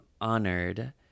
honored